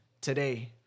today